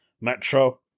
Metro